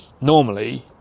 normally